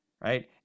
right